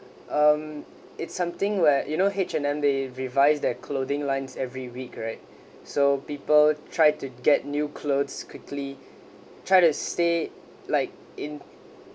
um it's something where you know H&M they revise their clothing lines every week right so people tried to get new clothes quickly try to stay like in